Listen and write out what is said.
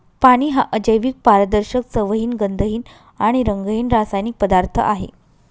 पाणी हा अजैविक, पारदर्शक, चवहीन, गंधहीन आणि रंगहीन रासायनिक पदार्थ आहे